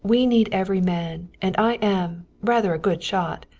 we need every man, and i am rather a good shot.